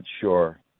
sure